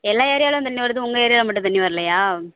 எல்லா ஏரியாவிலையும் தண்ணி வருது உங்கள் ஏரியாவில் மட்டும் தண்ணி வரலையா